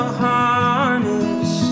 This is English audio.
harness